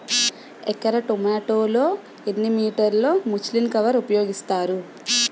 ఎకర టొమాటో లో ఎన్ని మీటర్ లో ముచ్లిన్ కవర్ ఉపయోగిస్తారు?